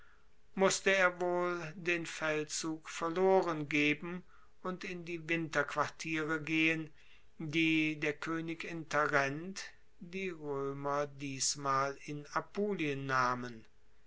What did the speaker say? musste er wohl den feldzug verloren geben und in die winterquartiere gehen die der koenig in tarent die roemer diesmal in apulien nahmen